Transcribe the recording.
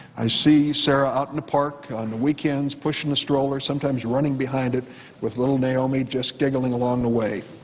i see sara out in the park on the weekends pushing the stroller, sometimes running behind it with little naomi just giggling along the way.